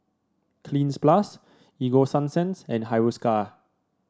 Cleanz Plus Ego Sunsense and Hiruscar